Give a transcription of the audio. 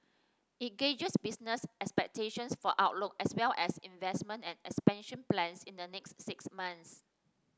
it gauges business expectations for outlook as well as investment and expansion plans in the next six months